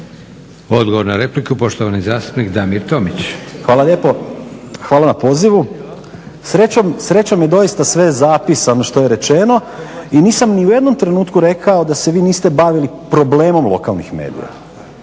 Odgovor na repliku poštovani zastupnik Damir Tomić. **Tomić, Damir (SDP)** Hvala lijepo. Hvala na pozivu. Srećom je doista sve zapisano što je rečeno i nisam ni u jednom trenutku rekao da se vi niste bavili problemom lokalnih medija.